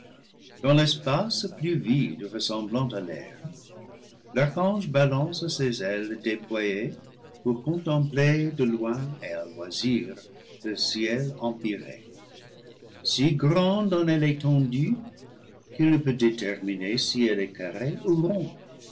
dans l'espace plus vide ressemblant à l'air l'archange balance ses ailes déployées pour contempler de loin et à loisir le ciel empyrée si grande en est l'étendue qu'il ne peut déterminer si elle est carrée ou ronde